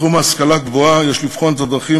בתחום ההשכלה הגבוהה יש לבחון את הדרכים